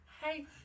Hey